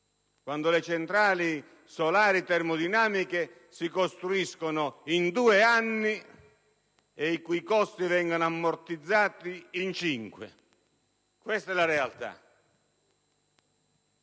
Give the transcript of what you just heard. quando le centrali solari termodinamiche si costruiscono in due anni e i costi vengono ammortizzati in cinque! Questa è la realtà.